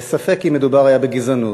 ספק אם מדובר היה בגזענות.